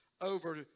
over